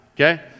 okay